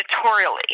editorially